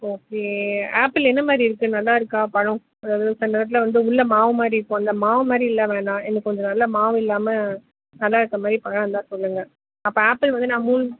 okay apple என்ன மாதிரி இருக்குது நல்லாருக்கா பழம் அதாவது சில இடத்துல வந்து உள்ள மாவு மாதிரி இருக்கும்ல மாவு மாதிரி இல்லை வேணாம் எனக்கு கொஞ்சம் நல்லா மாவு இல்லாமல் நல்லா இருக்க மாதிரி பழம் இருந்தால் சொல்லுங்கள் அப்போ ஆப்பிள் வந்து நான் மூண்